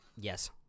yes